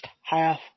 half